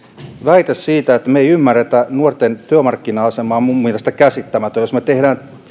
väite että me emme ymmärrä nuorten työmarkkina asemaa on minun mielestäni käsittämätön jos me teemme